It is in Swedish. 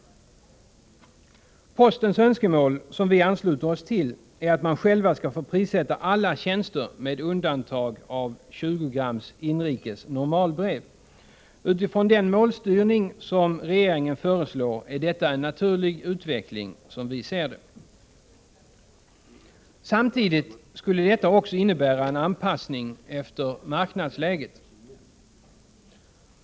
Postens önskemål, som vi ansluter oss till, är att man själv skall få prissätta alla tjänster med undantag för 20 grams inrikes normalbrev. Utifrån den målstyrning som regeringen föreslår är detta, som vi ser det, en naturlig utveckling. Samtidigt skulle det också innebära en anpassning till marknadsläget.